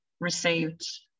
received